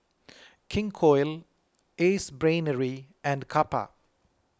King Koil Ace Brainery and Kappa